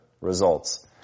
results